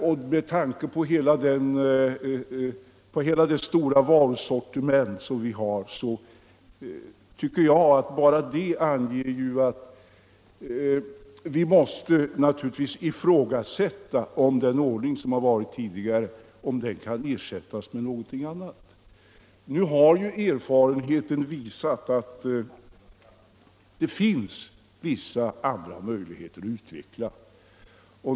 Med tanke på hela det stora varusortiment som vi har tycker jag att bara denna uppgift anger att vi måste ifrågasätta om den tidigare ordningen inte kan ersättas med någonting annat. Nu har erfarenheten visat att det finns vissa andra möjligheter att utveckla.